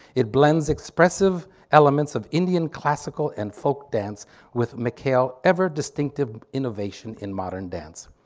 it blends expressive elements of indian classical and folk dance with mckayle's ever distinctive innovation in modern dance.